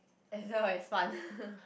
as well as fun